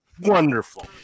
wonderful